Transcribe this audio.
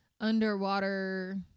underwater